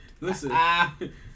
listen